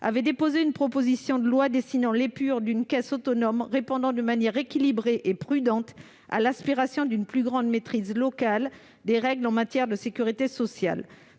avait déposé une proposition de loi dessinant l'épure d'une caisse autonome répondant de manière équilibrée et prudente à l'aspiration d'une plus grande maîtrise locale des règles en matière de sécurité sociale,